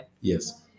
Yes